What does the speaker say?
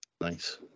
nice